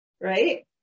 right